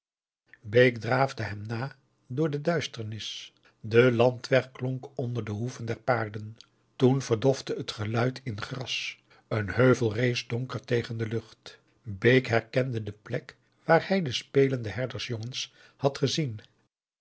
bake draafde hem na door de duisternis de landweg klonk onder de hoeven der paarden toen verdofte het geluid in gras een heuvel rees donker tegen de lucht augusta de wit orpheus in de dessa bake herkende de plek waar hij de spelende herdersjongens had gezien